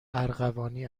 ارغوانی